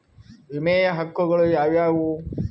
ವಿಮೆಯ ಹಕ್ಕುಗಳು ಯಾವ್ಯಾವು?